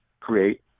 create